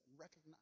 recognize